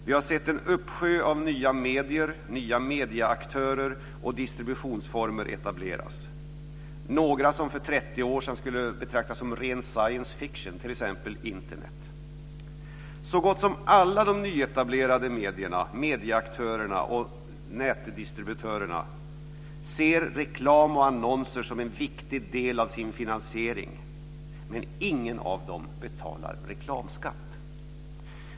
Vi har sett en uppsjö av nya medier, nya medieaktörer och distributionsformer etableras, några som för 30 år sedan skulle betraktas som ren science fiction, t.ex. Internet. Så gott som alla de nyetablerade medierna, medieaktörerna och nätdistributörerna ser reklam och annonser som en viktig del av sin finansiering, men ingen av dem betalar reklamskatt.